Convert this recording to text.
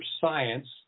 Science